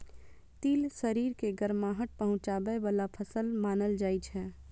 तिल शरीर के गरमाहट पहुंचाबै बला फसल मानल जाइ छै